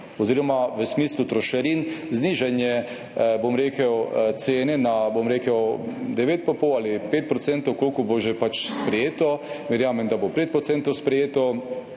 oziroma v smislu trošarin znižanje cene na 9,5 ali 5 %, kolikor bo že pač sprejeto. Verjamem, da bo sprejeto